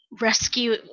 rescue